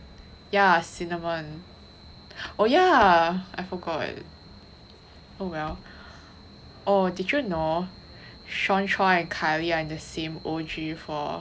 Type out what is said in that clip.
ya cinnamon oh ya I forgot oh well oh did you know shaun chua and kylie are in the same O_G four